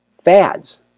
Fads